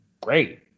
great